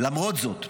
למרות זאת,